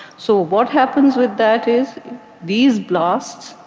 so what happens with that is these blasts,